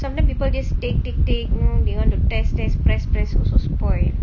sometimes people just take take take mm they want to test test press press also spoil